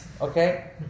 okay